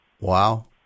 Wow